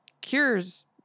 cures